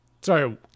Sorry